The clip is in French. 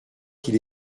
qu’il